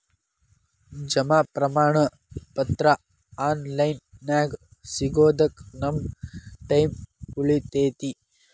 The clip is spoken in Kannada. ಜಮಾ ಪ್ರಮಾಣ ಪತ್ರ ಆನ್ ಲೈನ್ ನ್ಯಾಗ ಸಿಗೊದಕ್ಕ ನಮ್ಮ ಟೈಮ್ ಉಳಿತೆತಿ